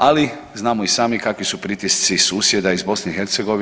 Ali znamo i sami kakvi su pritisci susjeda iz BiH.